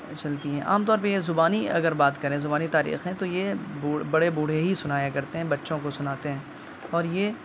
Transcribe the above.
چلتی ہیں عام طور پہ یہ زبانی اگر بات کریں زبانی تاریخیں تو یہ بڑے بوڑھے ہی سنایا کرتے ہیں بچوں کو سناتے ہیں اور یہ